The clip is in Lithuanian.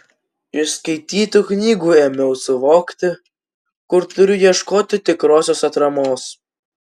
iš skaitytų knygų ėmiau suvokti kur turiu ieškoti tikrosios atramos